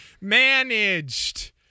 Managed